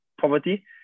poverty